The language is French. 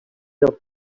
perdre